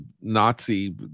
Nazi